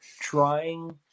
trying